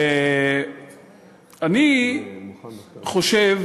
אני חושב